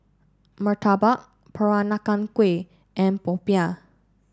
Murtabak Peranakan Kueh and Popiah